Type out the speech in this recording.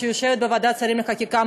שיושבת בוועדת שרים לחקיקה,